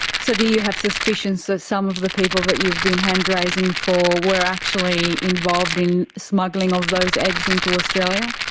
so do you have suspicions that so some of the people that you've been hand raising for were actually involved in smuggling of those eggs into australia?